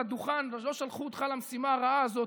הדוכן ושלא שלחו אותך למשימה הרעה הזאת